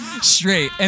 straight